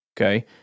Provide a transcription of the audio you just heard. Okay